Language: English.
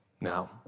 Now